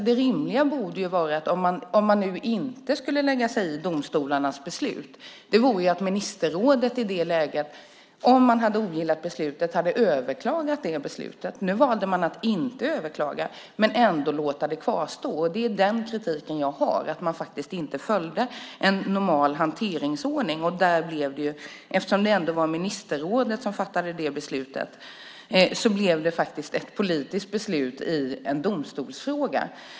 Det rimliga, om man nu inte skulle lägga sig i domstolarnas beslut, vore att ministerrådet i det läget, om man hade ogillat beslutet, hade överklagat beslutet. Nu valde man att inte överklaga men ändå låta det kvarstå. Det är den kritiken jag har. Man följde faktiskt inte en normal hanteringsordning, och eftersom det ändå var ministerrådet som fattade beslutet blev det faktiskt ett politiskt beslut i en domstolsfråga.